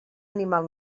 animal